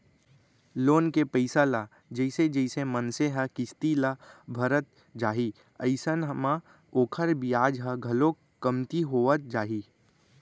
loan के पइसा ल जइसे जइसे मनसे ह किस्ती ल भरत जाही अइसन म ओखर बियाज ह घलोक कमती होवत जाही